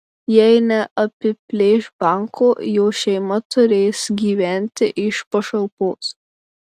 jei neapiplėš banko jo šeima turės gyventi iš pašalpos